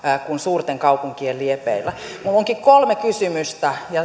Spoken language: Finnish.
kuin suurten kaupunkien liepeillä minulla onkin kolme kysymystä ja